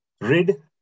rid